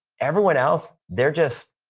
everyone else, they're just